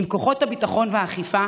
עם כוחות הביטחון והאכיפה